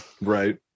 Right